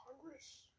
Congress